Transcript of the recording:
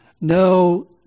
no